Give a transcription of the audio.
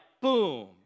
boom